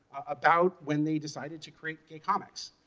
about when they decided to create gay comics.